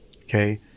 Okay